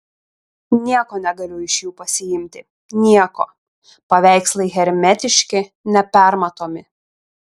nieko negaliu iš jų pasiimti nieko paveikslai hermetiški nepermatomi